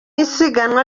isiganwa